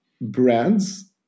brands